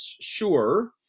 sure